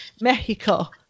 Mexico